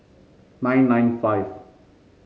nine nine five